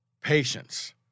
Patience